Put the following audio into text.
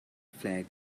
flag